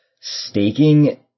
staking